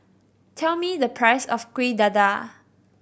tell me the price of Kuih Dadar